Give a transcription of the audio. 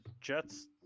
Jets